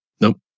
Nope